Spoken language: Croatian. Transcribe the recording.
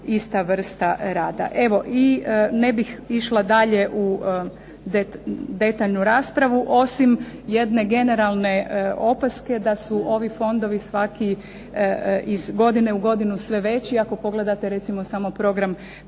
ista vrsta rada. Evo i ne bih išla dalje u detaljnu raspravu osim jedne generalne opaske da su ovi fondovi svaki iz godine u godinu sve veći. Ako pogledate recimo samo program prekogranične